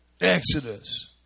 Exodus